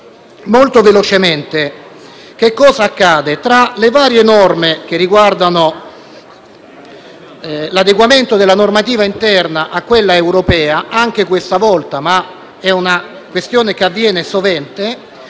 battaglia comune. Che cosa accade? Tra le varie norme che riguardano l'adeguamento della normativa interna a quella europea, anche questa volta - ma è una questione che si verifica sovente